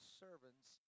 servants